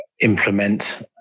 implement